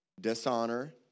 dishonor